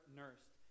nursed